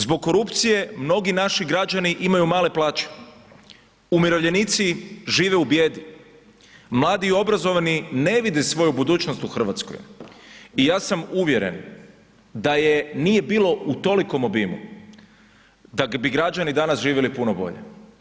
Zbog korupcije mnogi naši građani imaju male plaće, umirovljenici žive u bijedi, mladi i obrazovani ne vide svoju budućnost u Hrvatskoj i ja sam uvjeren da je nije bilo u tolikom obimu da bi građani danas živjeli puno bolju.